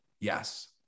Yes